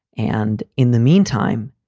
and in the meantime,